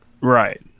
Right